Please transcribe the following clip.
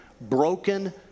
broken